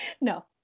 No